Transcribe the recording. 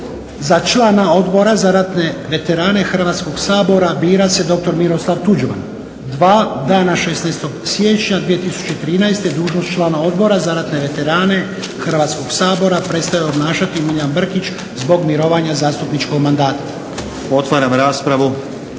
za člana odbora za ratne veterane Hrvatskog sabora bira se doktor Miroslav Tuđman. Dva, dana 16.siječnja 2013. dužnost člana Odbora za ratne veterane Hrvatskog sabora prestaje obnašati Milijan Brkić zbog mirovanja zastupničkog mandata. **Stazić,